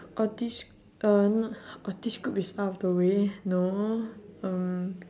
autist g~ uh not autist group is out of the way no uh